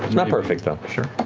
it's not perfect, though.